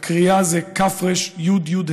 "הכרייה" זה כ"ף, רי"ש, יו"ד,